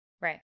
Right